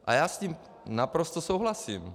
A já s ním naprosto souhlasím.